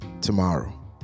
tomorrow